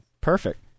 Perfect